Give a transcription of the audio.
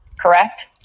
Correct